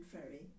Ferry